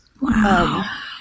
Wow